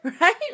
Right